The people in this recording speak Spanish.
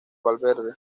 valverde